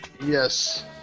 Yes